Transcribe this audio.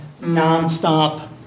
nonstop